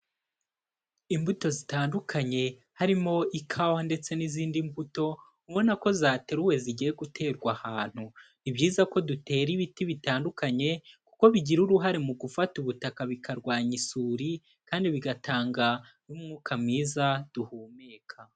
Imbuto zitandukanye harimo ikawa ndetse n'izindi mbuto ubona ko zateruwe zigiye guterwa ahantu, ni byiza ko dutera ibiti bitandukanye kuko bigira uruhare mu gufata ubutaka bikarwanya isuri kandi bigatanga n'umwuka mwiza duhumeka.